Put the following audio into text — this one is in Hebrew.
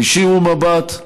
תישירו מבט,